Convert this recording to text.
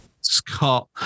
Scott